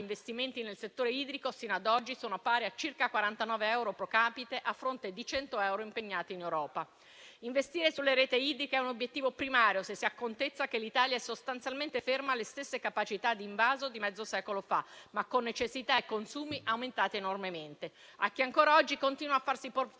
investimenti nel settore idrico sino ad oggi sono pari a circa 49 euro *pro capite*, a fronte di 100 euro impegnati in Europa. Investire sulle reti idriche è un obiettivo primario se si ha contezza che l'Italia è sostanzialmente ferma alle stesse capacità di invaso di mezzo secolo fa, ma con necessità e consumi aumentati enormemente. A chi ancora oggi continua a farsi portavoce